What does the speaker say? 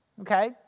Okay